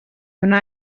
wna